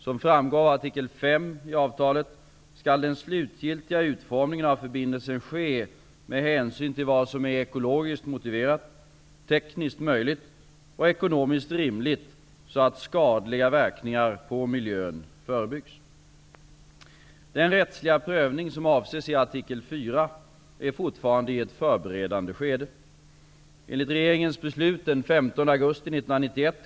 Som framgår av artikel 5 i avtalet skall den slutliga utformningen av förbindelsen ske med hänsyn till vad som är ekologiskt motiverat, tekniskt möjligt och ekonomiskt rimligt så att skadliga verkningar på miljön förebyggs. Den rättsliga prövning som avses i artikel 4 är fortfarande i ett förberedande skede.